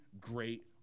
great